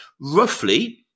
roughly